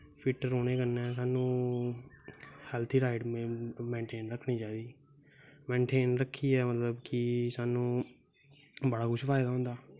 fit रौह्ने कन्नै सानूं हैल्दी डाईट मेनटेन रक्खनी चाहिदी मेनटेन रक्खियै मतलब कि सानूं बड़ा कुछ फायदा होंदा